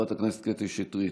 חברת הכנסת קטי שטרית,